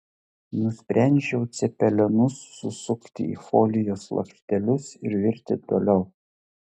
nusprendžiau cepelinus susukti į folijos lakštelius ir virti toliau